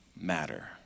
matter